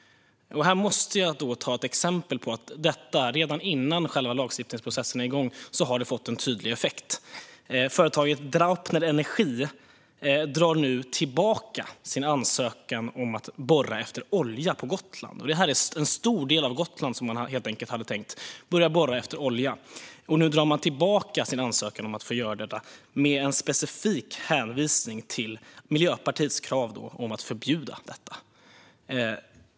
Jag måste ta ett exempel på att detta, redan innan själva lagstiftningsprocessen är igång, har gett tydlig effekt. Företaget Draupner Energy drar nu tillbaka sin ansökan om att borra efter olja på Gotland. Man hade tänkt börja borra efter olja på en stor del av Gotland. Nu drar man tillbaka sin ansökan med en specifik hänvisning till Miljöpartiets krav på att förbjuda detta.